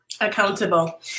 Accountable